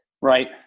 right